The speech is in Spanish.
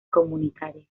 comunitaria